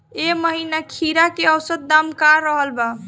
एह महीना खीरा के औसत दाम का रहल बा?